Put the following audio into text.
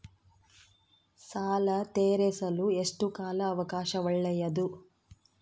ಸಾಲ ತೇರಿಸಲು ಎಷ್ಟು ಕಾಲ ಅವಕಾಶ ಒಳ್ಳೆಯದು?